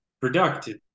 productive